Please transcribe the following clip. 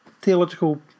theological